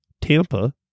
Tampa